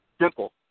Simple